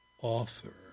author